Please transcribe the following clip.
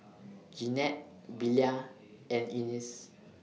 Jeanette Belia and Ines